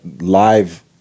live